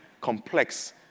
complex